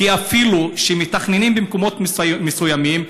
כי אפילו שמתכננים במקומות מסוימים,